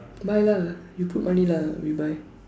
buy lah you put money lah we buy